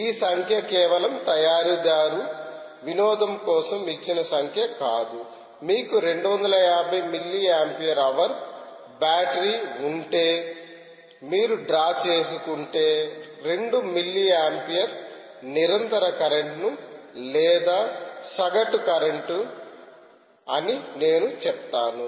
ఈ సంఖ్య కేవలం తయారీదారు వినోదం కోసం ఇచ్చిన సంఖ్య కాదు మీకు 250 మిల్లీ ఆంపియర్ హవర్ బ్యాటరీ ఉంటే మీరు డ్రా చేసుకుంటే 2 మిల్లీ ఆంపియర్ నిరంతర కరెంట్ ను లేదా సగటు కరెంట్ అని నేను చెప్తాను